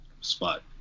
spot